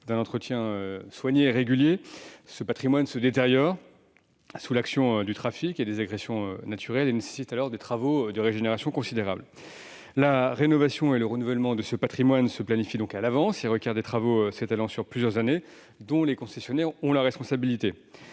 d'un entretien soigné et régulier, ce patrimoine se détériore sous l'action du trafic et des agressions naturelles et nécessite alors des travaux de régénération considérables. La rénovation et le renouvellement de ce patrimoine se planifient et requièrent des travaux s'étalant sur plusieurs années dont les concessionnaires ont la responsabilité.